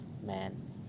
man